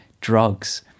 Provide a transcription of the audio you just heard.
drugs